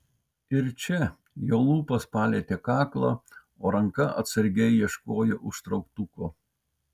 ir čia jo lūpos palietė kaklą o ranka atsargiai ieškojo užtrauktuko